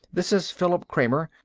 this is philip kramer.